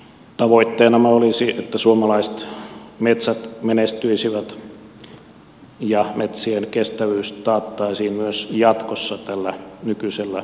tavoitteenamme olisi että suomalaiset metsät menestyisivät ja metsien kestävyys taattaisiin myös jatkossa tällä nykyisellä lakipaketilla